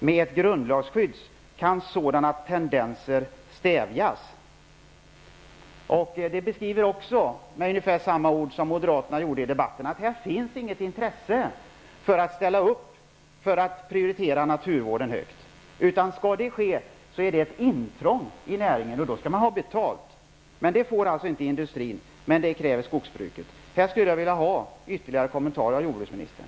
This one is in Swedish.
Med ett grundlagsskydd kan sådana tendenser stävjas.'' Man beskriver, med ungefär samma ord som moderaterna använde i den tidigare debatten, att här finns inget intresse för att ställa upp och prioritera naturvården högt, utan skall detta ske är det fråga om ett intrång i näringen, och då skall man ha betalt. Det får alltså inte industrin, men det kräver skogsbruket. Här skulle jag vilja ha ytterligare kommentarer av jordbruksministern.